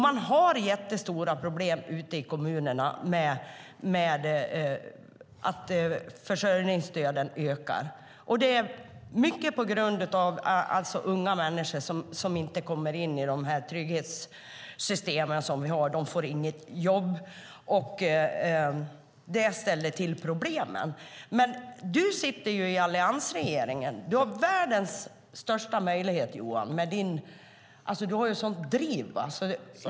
Man har stora problem ute i kommunerna med att försörjningsstöden ökar, och det är mycket på grund av att unga människor inte kommer in i de trygghetssystem som vi har och inte får något jobb. Det ställer till problem. Ditt parti sitter ju i alliansregeringen. Du har världens största möjlighet att påverka, Johan, för du har ju ett sådant driv.